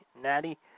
Natty